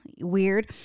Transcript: weird